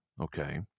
Okay